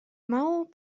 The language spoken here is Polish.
mału